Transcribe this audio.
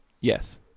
Yes